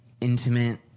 intimate